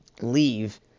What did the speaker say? leave